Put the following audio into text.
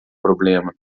problema